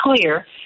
clear